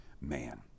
man